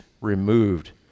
removed